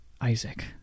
Isaac